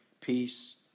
peace